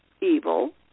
evil